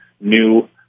new